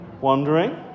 Wondering